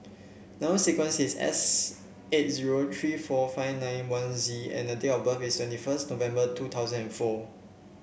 number sequence is S eight zero three four five nine one Z and the date of birth is twenty first November two thousand and four